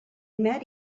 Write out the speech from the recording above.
met